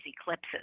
eclipses